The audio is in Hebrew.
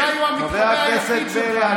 ליברמן הוא אולי המתחרה היחיד שלך.